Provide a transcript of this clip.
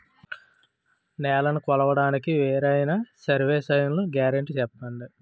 నేలనీ కొలవడానికి వేరైన సర్వే చైన్లు గ్యారంటీ చెప్పండి?